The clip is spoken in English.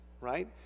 right